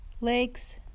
legs